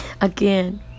Again